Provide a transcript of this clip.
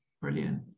brilliant